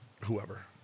whoever